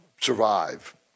survive